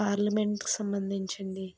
పార్లమెంట్కి సంబంధించింది